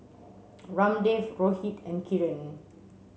Ramdev Rohit and Kiran